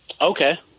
Okay